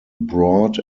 broad